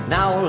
Now